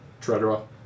Treadwell